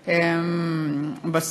מה, אין